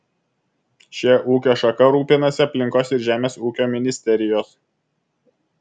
šia ūkio šaka rūpinasi aplinkos ir žemės ūkio ministerijos